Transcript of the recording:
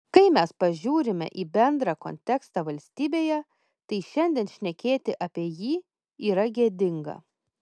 kai mes pasižiūrime į bendrą kontekstą valstybėje tai šiandien šnekėti apie jį yra gėdinga